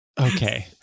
Okay